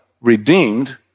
redeemed